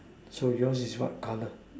so yours is what color